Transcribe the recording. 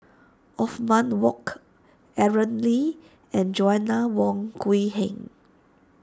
Othman Wok Aaron Lee and Joanna Wong Quee Heng